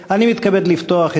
תודה.